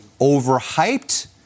overhyped